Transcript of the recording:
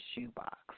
shoebox